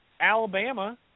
Alabama